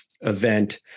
event